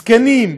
זקנים,